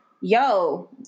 Yo